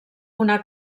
una